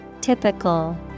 Typical